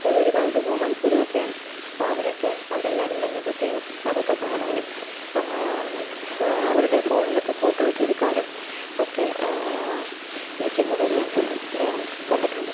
ഇപ്പോഴുമൊരു കൗതുകവും അത്ഭുതവുമൊക്കെയാണ് അപ്പോഴവരൊക്കെ അവരെല്ലാവരും തന്നെ പ്രത്യേകം അതൊക്കെ കാണാനും അവരുടെ ഫോണിലൊക്കെ ഫോട്ടോ ഒക്കെ എടുക്കാനും ഒക്കെ നില്ക്കുന്നതെല്ലാം ഞാൻ കണ്ടിട്ടുണ്ട്